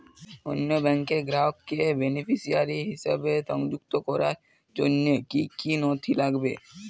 অন্য ব্যাংকের গ্রাহককে বেনিফিসিয়ারি হিসেবে সংযুক্ত করার জন্য কী কী নথি লাগবে?